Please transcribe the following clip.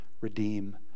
redeem